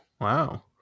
Wow